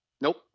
Nope